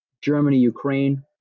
Germany-Ukraine